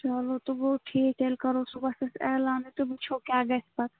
چَلو تہٕ گوٚو ٹھیٖک تیٚلہِ کَرو صُبحس أسۍ علانٕے تہٕ وُچھَو کیٛاہ گَژھِ پتہٕ